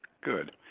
good